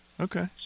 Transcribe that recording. Okay